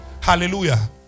Hallelujah